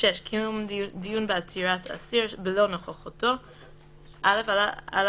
קיום דיון בעתירת אסיר בלא נוכחותו 6. (א)על